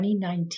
2019